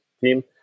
team